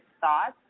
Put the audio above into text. thoughts